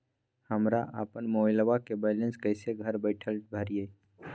हमरा अपन मोबाइलबा के बैलेंस कैसे घर बैठल भरिए?